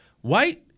White